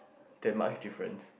that much different